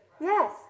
Yes